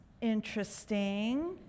interesting